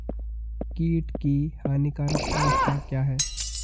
कीट की हानिकारक अवस्था क्या है?